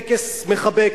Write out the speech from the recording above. טקס מחבק,